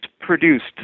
produced